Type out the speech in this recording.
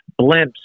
blimps